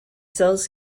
cells